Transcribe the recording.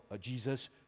Jesus